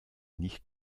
nicht